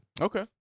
okay